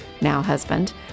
now-husband